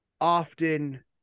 often